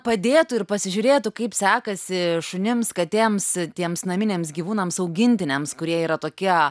padėtų ir pasižiūrėtų kaip sekasi šunims katėms tiems naminiams gyvūnams augintiniams kurie yra tokie